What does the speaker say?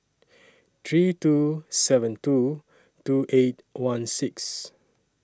three two seven two two eight one six